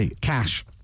cash